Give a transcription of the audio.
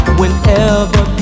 whenever